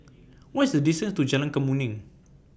What IS The distance to Jalan Kemuning